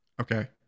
Okay